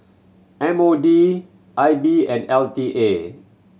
M O D I B and L T A